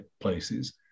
places